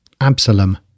Absalom